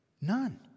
None